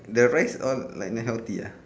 the rice all like not healthy ah